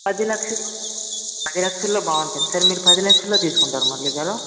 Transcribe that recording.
పది లక్షలు పది లక్షల్లో బాగుంటుంది సరే మీరు పది లక్షల్లో తీసుకుంటారా మురళి గారు